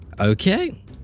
Okay